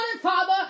Father